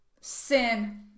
sin